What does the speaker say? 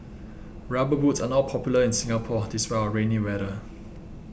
rubber boots are not popular in Singapore despite our rainy weather